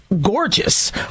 gorgeous